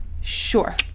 Sure